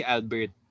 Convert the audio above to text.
Albert